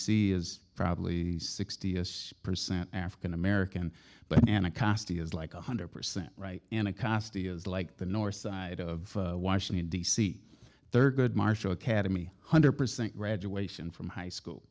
c is probably sixty s percent african american but anacostia is like one hundred percent right anacostia is like the north side of washington d c thurgood marshall academy hundred percent graduation from high school